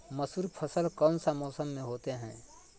मसूर फसल कौन सा मौसम में होते हैं?